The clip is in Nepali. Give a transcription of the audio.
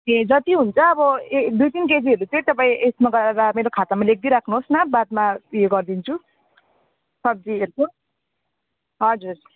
ए जति हुन्छ अब ए दुई तिन केजीहरू चाहिँ तपाईँ यसमा गरेर मेरो खातामा लेखिदिइ राख्नु होस् न बादमा उयो गरिदिन्छु सब्जीहरूको हजुर